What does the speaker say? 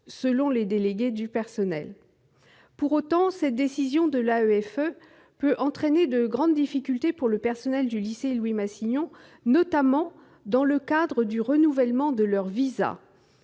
selon les délégués du personnel. Pour autant, cette décision de l'AEFE peut entraîner de grandes difficultés pour les personnels du lycée Louis-Massignon, notamment à l'occasion du renouvellement de leur visa.